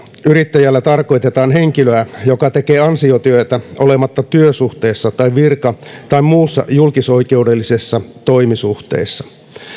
yrittäjällä tarkoitetaan henkilöä joka tekee ansiotyötä olematta työsuhteessa tai virka tai muussa julkisoikeudellisessa toimisuhteessa